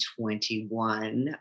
21